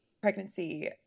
pregnancy